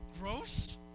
gross